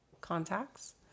contacts